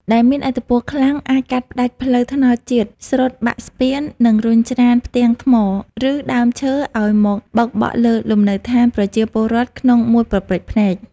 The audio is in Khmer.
ដែលមានថាមពលខ្លាំងអាចកាត់ផ្ដាច់ផ្លូវថ្នល់ជាតិ ស្រុតបាក់ស្ពាន និងរុញច្រានផ្ទាំងថ្ម ឬដើមឈើឱ្យមកបោកបក់លើលំនៅដ្ឋានប្រជាពលរដ្ឋក្នុងមួយប៉ព្រិចភ្នែក។